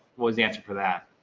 what's the answer for that?